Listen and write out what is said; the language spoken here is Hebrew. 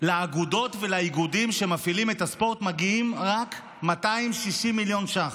לאגודות ולאיגודים שמפעילים את הספורט מגיעים רק 260 מיליון ש"ח.